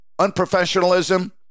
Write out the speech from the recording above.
unprofessionalism